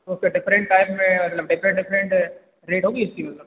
तो फ़िर different type में मतलब डिफरेंट डिफरेंट रेट होगी इसकी मतलब